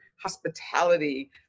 hospitality